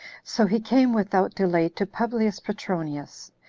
so he came without delay to publius petronius,